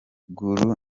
gulu